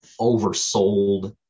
oversold